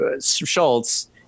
Schultz